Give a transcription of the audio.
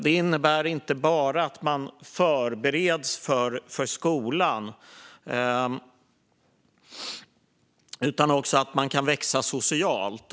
Den innebär inte bara att man förbereds för skolan utan också att man kan växa socialt.